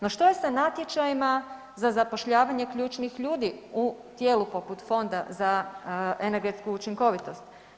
No što je sa natječajima za zapošljavanje ključnih ljudi u tijelu poput Fonda za energetsku učinkovitost?